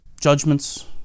judgments